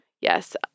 Yes